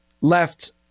left